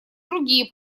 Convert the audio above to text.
другие